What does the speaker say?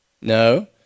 No